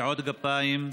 קטיעות גפיים.